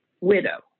widow